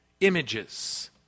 Images